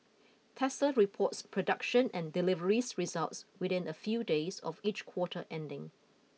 Tesla reports production and deliveries results within a few days of each quarter ending